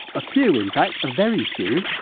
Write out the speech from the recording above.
a few in fact a very few,